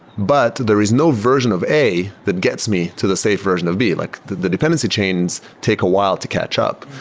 but there is no version of a that gets me to the safe version of b. like the dependency chains take a while to catch up,